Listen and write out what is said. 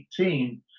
2018